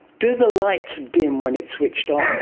do the lights dim when it's switched on all